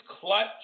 clutch